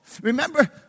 Remember